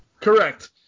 Correct